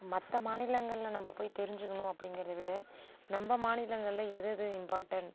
மற்ற மாநிலங்களில் நம்ம போய் தெரிஞ்சிக்கணும் அப்படிங்கிறத விட நம்ம மாநிலங்களில் எது எது இம்பார்டெண்ட்